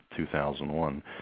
2001